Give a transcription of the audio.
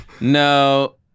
No